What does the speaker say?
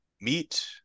meet